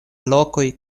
lokoj